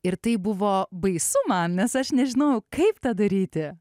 ir tai buvo baisu man nes aš nežinojau kaip tą daryti